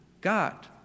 God